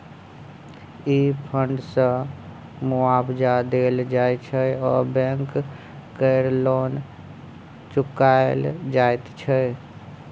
ई फण्ड सँ मुआबजा देल जाइ छै आ बैंक केर लोन चुकाएल जाइत छै